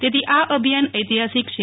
તેથી આ અભિયાન ઐતિહાસીક છે